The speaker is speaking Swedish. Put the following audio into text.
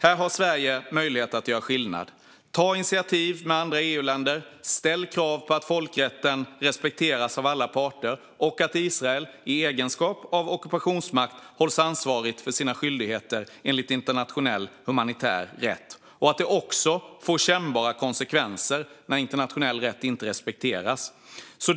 Här har Sverige möjlighet att göra skillnad, det vill säga ta initiativ med andra EU-länder, ställa krav på att folkrätten respekteras av alla parter och att Israel i egenskap av ockupationsmakt hålls ansvarigt för sina skyldigheter enligt internationell humanitär rätt. Det ska också få kännbara konsekvenser när internationell rätt inte respekteras.